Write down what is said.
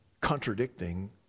contradicting